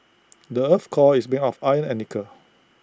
the Earth's core is been of iron and nickel